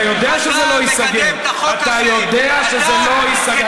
אתה יודע שזה לא ייסגר.